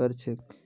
कर छेक